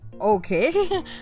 Okay